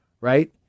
right